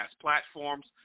platforms